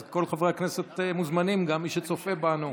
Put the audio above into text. אז כל חברי הכנסת מוזמנים, גם מי שצופה בנו.